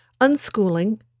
unschooling